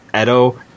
Edo